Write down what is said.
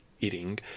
eating